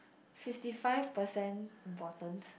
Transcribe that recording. fifty five percent important